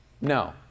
no